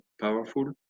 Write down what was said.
powerful